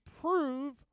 prove